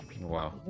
Wow